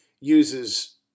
uses